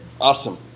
Awesome